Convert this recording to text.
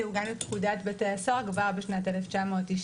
הוא גם לפקודת בתי הסוהר כבר בשנת 1990,